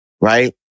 right